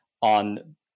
on